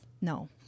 No